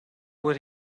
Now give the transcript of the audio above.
would